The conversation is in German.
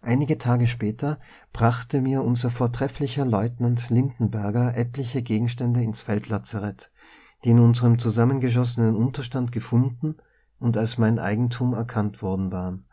einige tage später brachte mir unser vortrefflicher leutnant lindenberger etliche gegenstände ins feldlazarett die in unserem zusammengeschossenen unterstand gefunden und als mein eigentum erkannt worden waren